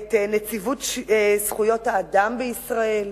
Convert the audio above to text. את נציבות זכויות האדם בישראל,